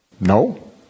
No